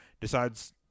decides